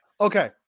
Okay